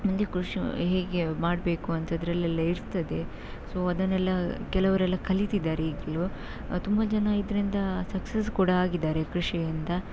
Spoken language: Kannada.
ಮುಂದೆ ಕೃಷಿ ಹೇಗೆ ಮಾಡಬೇಕು ಅಂತ ಅದರಲ್ಲೆಲ್ಲ ಇರ್ತದೆ ಸೊ ಅದನ್ನೆಲ್ಲ ಕೆಲವರೆಲ್ಲ ಕಲೀತಿದ್ದಾರೆ ಈಗಲೂ ತುಂಬ ಜನ ಇದರಿಂದ ಸಕ್ಸಸ್ ಕೂಡ ಆಗಿದ್ದಾರೆ ಕೃಷಿಯಿಂದ